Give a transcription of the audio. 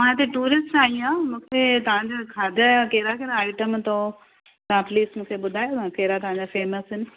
मां हिते टूरिस्ट आई आहियां मूंखे तव्हां जे खाधे जा कहिड़ा कहिड़ा आइटम अथव तव्हां प्लीज़ मूंखे ॿुधायो आ कहिड़ा कहिड़ा खाधा फेमस आहिनि